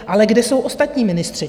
Ale kde jsou ostatní ministři?